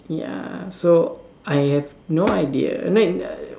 ya so I have no idea then